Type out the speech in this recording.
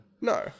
No